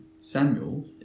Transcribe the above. Samuel